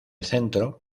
centro